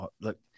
Look